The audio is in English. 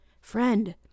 Friend